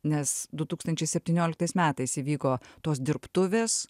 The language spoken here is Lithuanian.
nes du tūkstančiai septynioliktais metais įvyko tos dirbtuvės